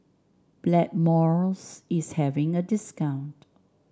Blackmores is having a discount